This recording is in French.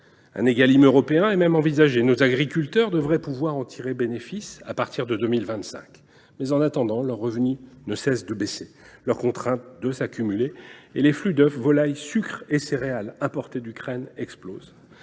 Un « Égalim » européen est même envisagé et nos agriculteurs devraient pouvoir en bénéficier à partir de 2025. En attendant, leurs revenus ne cessent de baisser, leurs contraintes de s’accumuler et les flux d’œufs, de volailles, de sucres et de céréales importés d’Ukraine explosent.